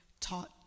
taught